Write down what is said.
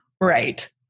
Right